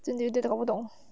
真的有点搞不懂